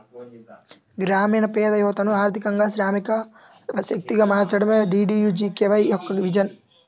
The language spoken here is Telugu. గ్రామీణ పేద యువతను ఆర్థికంగా శ్రామిక శక్తిగా మార్చడమే డీడీయూజీకేవై యొక్క విజన్